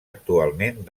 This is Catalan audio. actualment